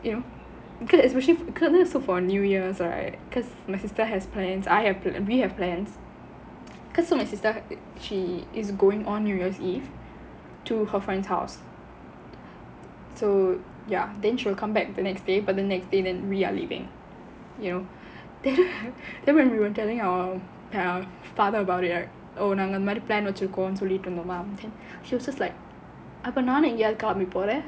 you know because especially so for new years right because my sister has plans I have plans we have plans because so my sister she is going on new years eve to her friends house so ya then she will come back the next day for the next day then we are leaving you know then then when we were telling our father about it right oh நாங்க அந்த மாதிரி:naanga antha maathiri plan வச்சிருக்கோம்னு சொல்லிட்டு இருந்தமா:vachirukkomnu sollittu irunthamaa and she was just like அப்போ நானும் எங்கயாவது கிளம்பி போறேன்:appo naanum engayaavathu kilambi poraen